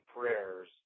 prayers